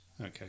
Okay